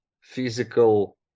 physical